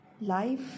Life